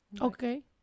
Okay